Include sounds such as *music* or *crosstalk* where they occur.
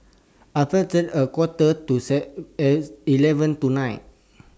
*unintelligible* A Quarter to *unintelligible* eleven tonight